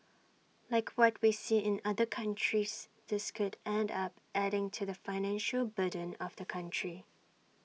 like what we see in other countries this could end up adding to the financial burden of the country